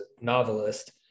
novelist